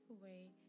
away